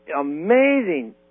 amazing